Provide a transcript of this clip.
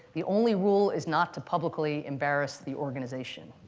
the only rule is not to publicly embarrass the organization,